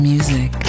Music